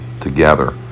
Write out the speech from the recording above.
together